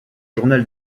journal